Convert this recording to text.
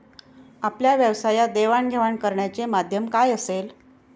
आपल्या व्यवसायात देवाणघेवाण करण्याचे माध्यम काय असेल?